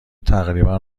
تقریبا